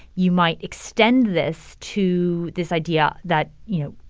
you might extend this to this idea that, you know,